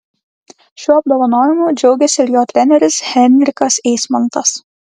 šiuo apdovanojimu džiaugėsi ir jo treneris henrikas eismontas